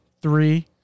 three